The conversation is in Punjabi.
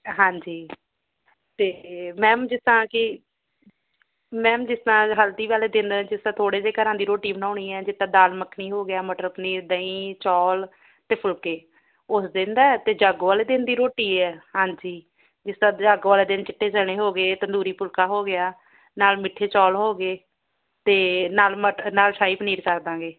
ਹਾਂਜੀ ਅਤੇ ਮੈਮ ਜਿਸ ਤਰ੍ਹਾਂ ਕਿ ਮੈਮ ਜਿਸ ਤਰ੍ਹਾਂ ਹਲਦੀ ਵਾਲ਼ੇ ਦਿਨ ਤਾਂ ਥੋੜੇ ਜਿਹੇ ਘਰਾਂ ਦੀ ਰੋਟੀ ਬਣਾਉਣੀ ਹੈ ਜਿਦਾ ਦਾਲ਼ ਮੱਖਣੀ ਹੋ ਗਿਆ ਮਟਰ ਪਨੀਰ ਦਹੀਂ ਚੌਲ ਅਤੇ ਫੁਲਕੇ ਉਸ ਦਿਨ ਦਾ ਅਤੇ ਜਾਗੋ ਵਾਲ਼ੇ ਦਿਨ ਦੀ ਰੋਟੀ ਹੈ ਹਾਂਜੀ ਇਸ ਤਰ੍ਹਾਂ ਜਾਗੋ ਵਾਲ਼ੇ ਦਿਨ ਚਿੱਟੇ ਚਣੇ ਹੋਗੇ ਤੰਦੂਰੀ ਫੁਲਕਾ ਹੋ ਗਿਆ ਨਾਲ਼ ਮਿੱਠੇ ਚੌਲ ਹੋਗੇ ਅਤੇ ਨਾਲ਼ ਮਟਰ ਨਾਲ਼ ਸ਼ਾਹੀ ਪਨੀਰ ਕਰਦਾਂਗੇ